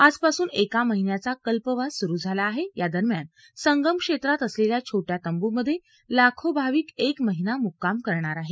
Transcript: आजपासून एका महिन्याचा कल्पवास सुरु झाला आहे यादरम्यान संगम क्षेत्रात असलेल्या छोट्या तंब्रूंमध्ये लाखो भाविक एक महिना मुक्काम करणार आहेत